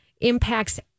impacts